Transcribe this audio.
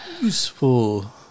useful